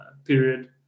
period